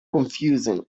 confusing